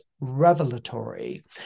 revelatory